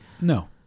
No